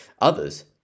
Others